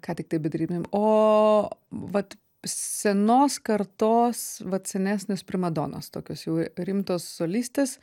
ką tiktai bedarytumėm o vat senos kartos vat senesnės primadonos tokios jau rimtos solistės